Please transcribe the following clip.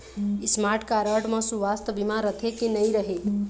Smart card म सुवास्थ बीमा रथे की नई रहे?